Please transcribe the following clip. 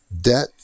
Debt